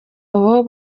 aho